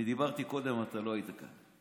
אני דיברתי קודם, לא היית כאן.